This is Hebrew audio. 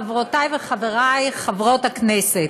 חברותי וחברי חברות הכנסת,